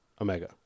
Omega